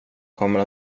kommer